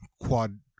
quad